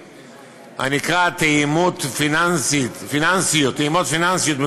הנקראת: "טעימות פיננסיות",